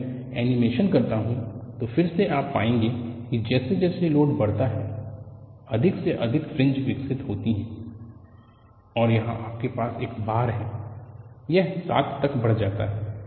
जब मैं एनीमेशन करता हूं तो फिर से आप पाएंगे कि जैसे जैसे लोड बढ़ता है अधिक से अधिक फ्रिंज विकसित होती हैं और यहां आपके पास एक बार है यह 7 तक बढ़ जाता है